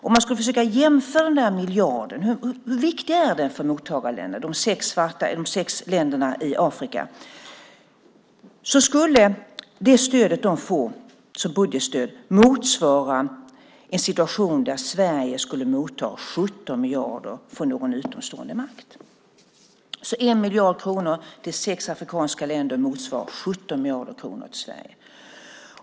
Om vi ska jämföra hur viktig denna miljard är för de sex länderna i Afrika motsvarar budgetstödet en situation där Sverige skulle motta 17 miljarder från någon utomstående makt. 1 miljard kronor till sex afrikanska länder motsvarar 17 miljarder kronor till Sverige.